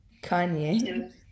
Kanye